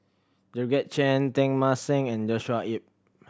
Georgette Chen Teng Mah Seng and Joshua Ip